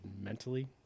mentally